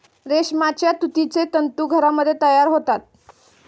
रेशमाचे तुतीचे तंतू घरामध्ये तयार होतात